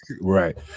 Right